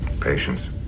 Patience